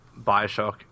Bioshock